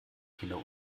kinder